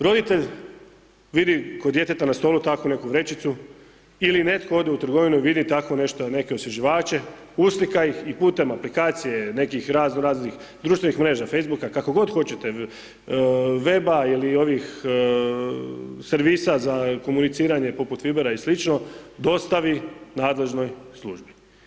Roditelj vidi kod djeteta na stolu takvu neku vrećicu, ili netko ode u trgovinu i vidi tako nešto neke osvježivače, uslika ih i putem aplikacije nekih razno raznih društvenih mreža, facebooka kako god hoćete, weba ili ovih servisa za komuniciranje poput vibera i sl. dostavi nadležnoj službi.